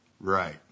Right